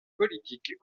politique